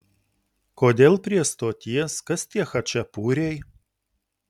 kodėl prie stoties kas tie chačapuriai